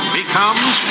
becomes